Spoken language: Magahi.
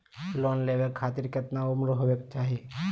लोन लेवे खातिर केतना उम्र होवे चाही?